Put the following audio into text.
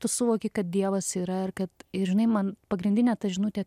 tu suvoki kad dievas yra ir kad ir žinai man pagrindinė ta žinutė